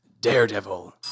Daredevil